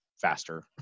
faster